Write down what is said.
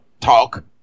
talk